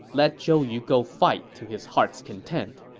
let zhou yu go fight to his heart's content.